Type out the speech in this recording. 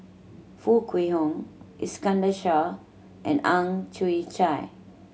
Foo Kwee Horng Iskandar Shah and Ang Chwee Chai